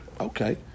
Okay